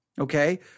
Okay